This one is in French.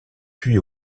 puis